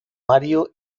mario